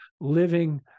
living